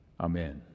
Amen